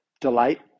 delight